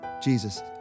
Jesus